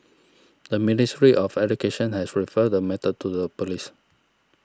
the Ministry of Education has referred the matter to the police